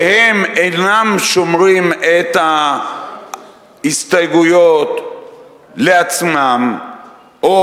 והם אינם שומרים את ההסתייגויות לעצמם או